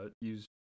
use